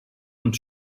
und